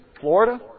Florida